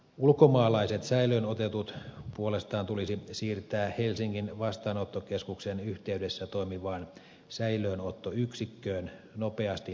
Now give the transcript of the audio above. ulkomaalaiset säilöön otetut puolestaan tulisi siirtää helsingin vastaanottokeskuksen yhteydessä toimivaan säilöönottoyksikköön nopeasti kiinnioton jälkeen